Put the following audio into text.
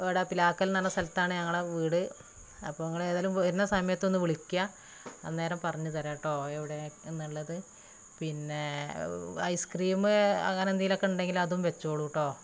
പിലാക്കൽ എന്നു പറഞ്ഞ സ്ഥലത്താണ് ഞങ്ങടെ വീട് അപ്പോൾ നിങ്ങൾ എന്തയാലും വരുന്ന സമയത്ത് ഒന്ന് വിളിക്കുക അന്നേരം പറഞ്ഞുതരാട്ടോ എവിടെ എന്നുള്ളത് പിന്നേ ഐസ്ക്രീം അങ്ങനെയെന്തെങ്കിലുമൊക്കെ ഉണ്ടെങ്കിൽ അതും വെച്ചോളൂട്ടോ